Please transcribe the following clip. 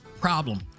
problem